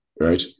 Right